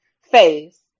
face